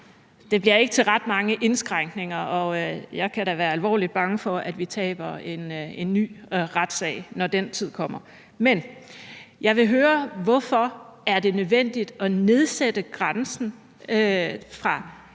det bliver ikke til ret mange indskrænkninger, og jeg kan da være alvorligt bange for, at vi taber en ny retssag, når den tid kommer. Men jeg vil høre, hvorfor det er nødvendigt at nedsætte grænsen fra